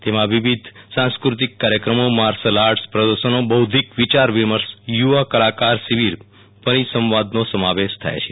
તેમાં વિવિધ સાંસ્કૃતિક કાર્યકમો માર્શલ આર્ટસ પ્રદર્શનો બોધિક વિચાર વિમર્શ યુવા કલાકાર શિબિર પરિસંવાદોનો સમાવેશ થાય છે